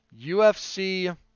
UFC